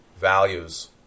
values